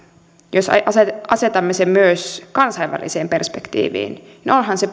jos asetamme sen myös kansainväliseen perspektiiviin no onhan se